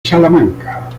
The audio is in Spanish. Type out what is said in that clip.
salamanca